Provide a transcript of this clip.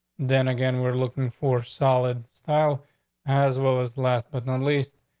then again, we're looking for solid style as well as last but not least,